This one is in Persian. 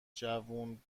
جوون